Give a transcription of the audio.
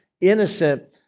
innocent